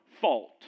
fault